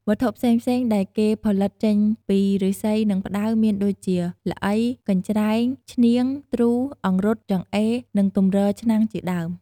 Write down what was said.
វត្ថុផ្សេងៗដែលគេផលិតចេញពីឬស្សីនិងផ្តៅមានដូចជា ល្អី កញ្ច្រែង ឈ្នាង ទ្រូ អង្រុត ចង្អេរ និងទម្រឆ្នាំងជាដើម។